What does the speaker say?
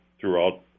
throughout